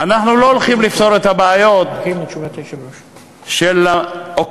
אנחנו לא הולכים לפתור את הבעיות של אוקראינה,